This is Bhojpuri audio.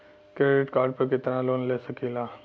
क्रेडिट कार्ड पर कितनालोन ले सकीला?